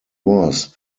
was